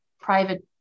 private